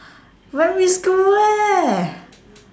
primary school leh